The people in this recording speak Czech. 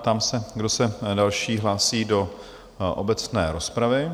Ptám se, kdo se další hlásí do obecné rozpravy?